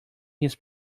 his